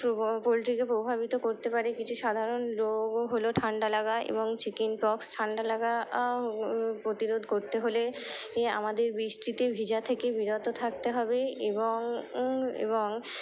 যে প্র পোলট্রিকে প্রভাবিত করতে পারে কিছু সাধারণ রোগও হলো ঠান্ডা লাগা এবং চিকেন পক্স ঠান্ডা লাগা প্রতিরোধ করতে হলে এ আমাদের বৃষ্টিতে ভিজা থেকে বিরত থাকতে হবে এবং এবং